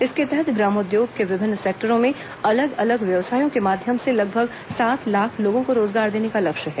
इसके तहत ग्रामोद्योग के विभिन्न सेक्टरों में अलग अलग व्यवसायों के माध्यम से लगभग सात लाख लोगों को रोजगार देने का लक्ष्य है